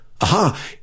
Aha